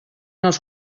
els